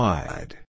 Wide